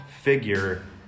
figure